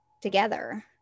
together